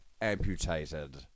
amputated